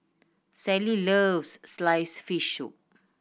Sally loves slice fish soup